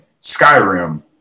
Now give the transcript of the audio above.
skyrim